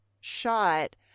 shot